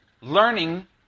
learning